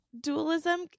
Dualism